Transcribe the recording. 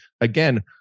again